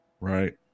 right